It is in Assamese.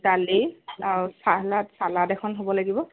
দালি আৰু চালাদ চালাদ এখন হ'ব লাগিব